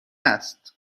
است